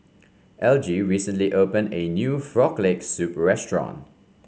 Elgie recently opened a new Frog Leg Soup restaurant